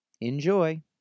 Enjoy